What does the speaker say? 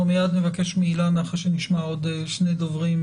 אנחנו מיד נבקש מאילנה חשוב לשמוע עוד שני דוברים,